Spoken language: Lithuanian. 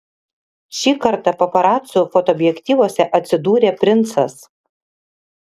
šį kartą paparacų fotoobjektyvuose atsidūrė princas